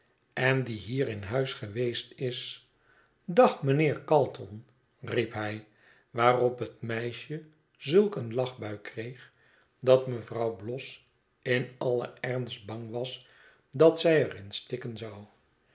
en die hier in huis geweest is dag meneer carton riep hij waarop het meisje zulk een lachbui kreeg dat mevrouw bloss in alien ernst bang was dat zij er in stikken zou